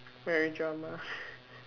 very drama